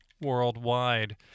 worldwide